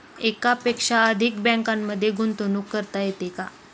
एकापेक्षा अधिक बँकांमध्ये गुंतवणूक करता येते का?